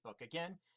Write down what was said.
Again